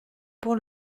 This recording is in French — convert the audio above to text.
pour